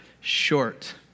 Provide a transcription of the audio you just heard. short